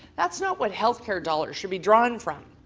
that's not what health care dollars should be drawn from.